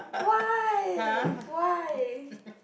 why why